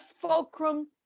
fulcrum